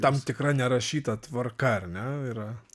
tam tikra nerašyta tvarka ar ne yra